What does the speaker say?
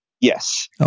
Yes